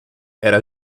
era